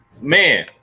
Man